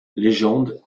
légende